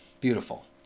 Beautiful